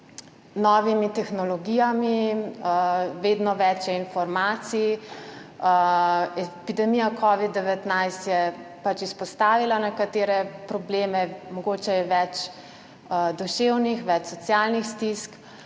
novimi tehnologijami, vedno več je informacij. Epidemija covid-19 je pač izpostavila nekatere probleme, mogoče je več duševnih, več socialnih stisk.